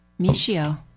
Michio